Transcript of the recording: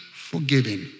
forgiving